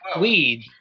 weed